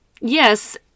Yes